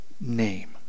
name